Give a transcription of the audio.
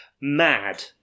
mad